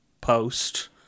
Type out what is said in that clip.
post